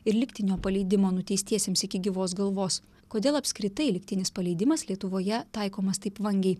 ir lygtinio paleidimo nuteistiesiems iki gyvos galvos kodėl apskritai lygtinis paleidimas lietuvoje taikomas taip vangiai